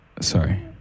Sorry